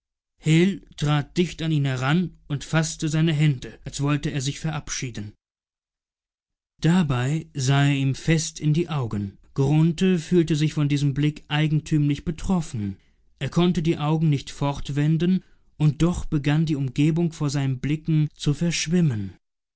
hil trat dicht an ihn heran und faßte seine hände als wollte er sich verabschieden dabei sah er ihm fest in die augen grunthe fühlte sich von diesem blick eigentümlich betroffen er konnte die augen nicht fortwenden und doch begann die umgebung vor seinen blicken zu verschwimmen